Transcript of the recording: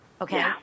Okay